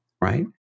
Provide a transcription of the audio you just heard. right